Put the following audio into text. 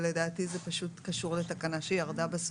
אבל לדעתי זה פשוט קשור לתקנה שבסוף ירדה.